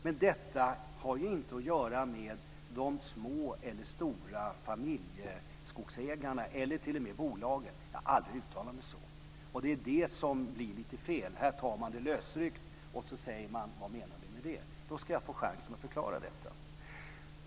Men detta har ju inte att göra med de små eller stora familjeskogsägarna eller ens bolagen. Jag har aldrig uttalat mig så. Det är det som blir lite fel. Här tar man det lösryckt och frågar vad jag menar med det. Då ska jag ta chansen att få förklara detta.